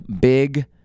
big